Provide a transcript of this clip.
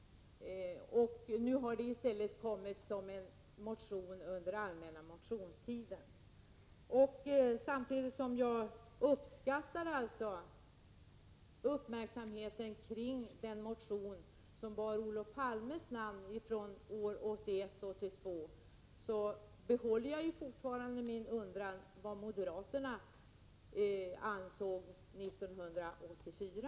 Nu har det förslaget i stället kommit som en motion under den allmänna motionstiden. Samtidigt som jag uppskattar uppmärksamheten kring den motion som bar Olof Palmes namn 1981/82 behåller jag fortfarande min undran över vad moderaterna ansåg 1984.